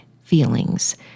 feelings